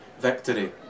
victory